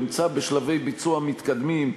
נמצא בשלבי ביצוע מתקדמים,